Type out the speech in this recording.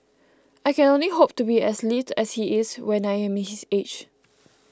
I can only hope to be as lithe as he is when I am his age